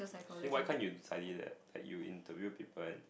so why can't you study that like you interview people and